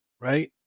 right